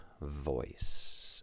voice